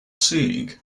seeing